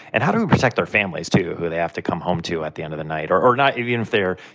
and how do we protect their families, too, who they have to come home to at the end of the night? or or not even if they're,